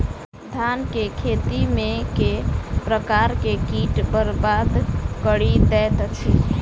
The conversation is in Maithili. धान केँ खेती मे केँ प्रकार केँ कीट बरबाद कड़ी दैत अछि?